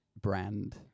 brand